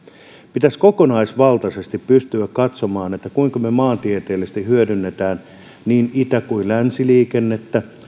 pitäisi kokonaisvaltaisesti pystyä katsomaan kuinka me maantieteellisesti hyödynnämme niin itä kuin länsiliikennettä